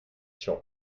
tian